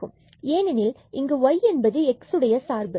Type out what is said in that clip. ஏனெனில் இங்கு y என்பது x உடைய சார்பு